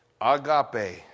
Agape